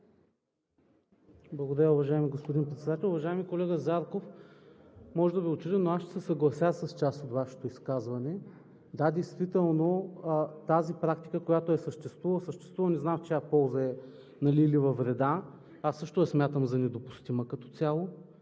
Благодаря, уважаеми господин Председател. Уважаеми колега Зарков, може да Ви е чудно, но аз ще се съглася с част от Вашето изказване. Да, действително тази практика, която съществува, не знам в чия полза е или е във вреда, аз също я смятам за недопустима като цяло.